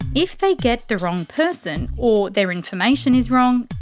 if they get the wrong person, or their information is wrong.